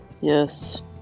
Yes